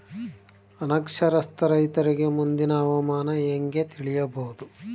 ಅನಕ್ಷರಸ್ಥ ರೈತರಿಗೆ ಮುಂದಿನ ಹವಾಮಾನ ಹೆಂಗೆ ತಿಳಿಯಬಹುದು?